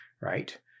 right